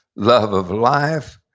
love of life,